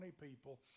people